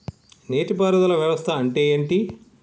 నీటి పారుదల వ్యవస్థ అంటే ఏంటి?